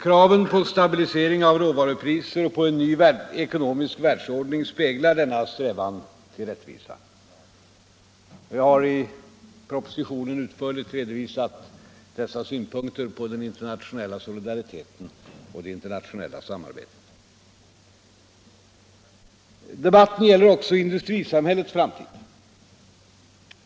Kraven på stabilisering av råvarupriser och på en ny ekonomisk världsordning speglar denna strävan till rättvisa. Jag har i propositionen utförligt redovisat dessa synpunkter på den internationella solidariteten och det internationella samarbetet. Debatten gäller också industrisamhällets framtid.